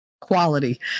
quality